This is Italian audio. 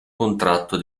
contratto